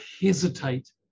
hesitate